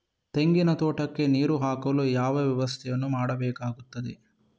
ತೆಂಗಿನ ತೋಟಕ್ಕೆ ನೀರು ಹಾಕಲು ಯಾವ ವ್ಯವಸ್ಥೆಯನ್ನು ಮಾಡಬೇಕಾಗ್ತದೆ?